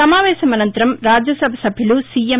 సమావేశం అనంతరం రాజ్యసభ సభ్యులు సిఎం